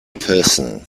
person